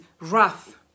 wrath